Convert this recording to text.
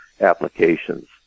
applications